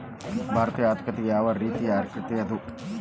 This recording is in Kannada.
ಭಾರತೇಯ ಆರ್ಥಿಕತೆ ಯಾವ ರೇತಿಯ ಆರ್ಥಿಕತೆ ಅದ?